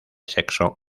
sexo